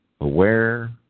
Aware